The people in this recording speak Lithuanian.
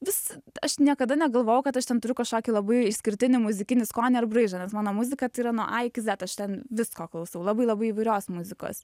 vis aš niekada negalvojau kad aš ten turiu kažkokį labai išskirtinį muzikinį skonį ar braižą nes mano muzika tai yra nuo a iki zet ten visko klausau labai labai įvairios muzikos